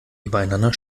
übereinander